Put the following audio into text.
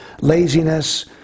laziness